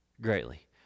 greatly